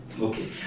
Okay